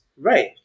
Right